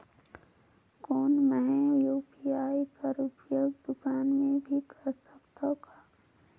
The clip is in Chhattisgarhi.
कौन मै यू.पी.आई कर उपयोग दुकान मे भी कर सकथव का?